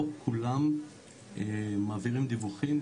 לא כולם מעבירים דיווחים,